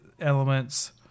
elements